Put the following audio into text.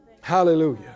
Hallelujah